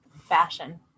fashion